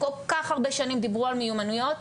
כל כך הרבה שנים דיברו על מיומנויות,